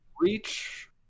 Reach